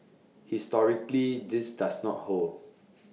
historically this does not hold